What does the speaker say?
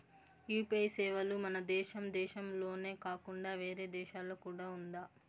UPI సేవలు మన దేశం దేశంలోనే కాకుండా వేరే దేశాల్లో కూడా ఉందా?